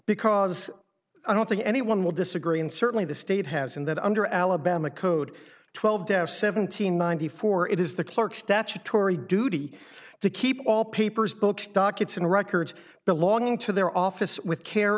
because i don't think anyone will disagree and certainly the state has in that under alabama code twelve deaf seventeen ninety four it is the clerk statutory duty to keep all papers books dockets and records belonging to their office with care